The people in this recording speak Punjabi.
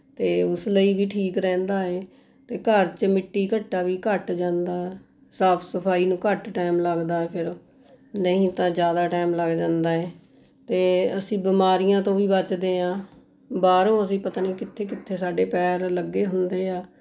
ਅਤੇ ਉਸ ਲਈ ਵੀ ਠੀਕ ਰਹਿੰਦਾ ਹੈ ਅਤੇ ਘਰ 'ਚ ਮਿੱਟੀ ਘੱਟਾ ਵੀ ਘੱਟ ਜਾਂਦਾ ਸਾਫ਼ ਸਫ਼ਾਈ ਨੂੰ ਘੱਟ ਟਾਈਮ ਲੱਗਦਾ ਫਿਰ ਨਹੀਂ ਤਾਂ ਜ਼ਿਆਦਾ ਟਾਈਮ ਲੱਗ ਜਾਂਦਾ ਹੈ ਅਤੇ ਅਸੀਂ ਬਿਮਾਰੀਆਂ ਤੋਂ ਵੀ ਬੱਚਦੇ ਹਾਂ ਬਾਹਰੋਂ ਅਸੀਂ ਪਤਾ ਨਹੀਂ ਕਿੱਥੇ ਕਿੱਥੇ ਸਾਡੇ ਪੈਰ ਲੱਗੇ ਹੁੰਦੇ ਹੈ